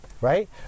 Right